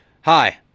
Hi